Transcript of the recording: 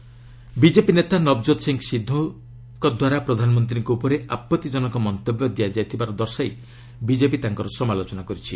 BJP Navjot Sidhu BJP ନେତା ନବଜୋତ ସିଂହ ସିଦ୍ଧୁଙ୍କ ଦ୍ୱାରା ପ୍ରଧାନମନ୍ତ୍ରୀଙ୍କ ଉପରେ ଆପଭିଜନକ ମନ୍ତବ୍ୟ ଦିଆଯାଇଥିବାର ଦର୍ଶାଇ ବିଜେପି ତାଙ୍କର ସମାଲୋଚନା କରିଛି